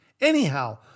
anyhow